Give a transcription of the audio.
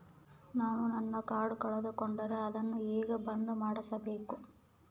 ನಾನು ನನ್ನ ಕಾರ್ಡನ್ನ ಕಳೆದುಕೊಂಡರೆ ಅದನ್ನ ಹೆಂಗ ಬಂದ್ ಮಾಡಿಸಬೇಕು?